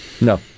No